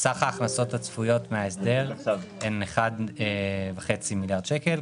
ההכנסות הצפויות מן ההסדר הוא 1.5 מיליארד שקל,